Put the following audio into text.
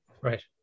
Right